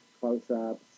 close-ups